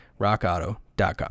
rockauto.com